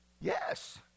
Yes